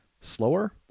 slower